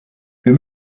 wir